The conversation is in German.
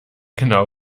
genau